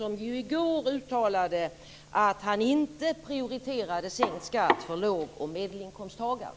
I går uttalade han ju att han inte prioriterade sänkt skatt för låg och medelinkomsttagare.